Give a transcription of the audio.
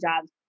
jobs